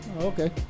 Okay